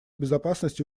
безопасности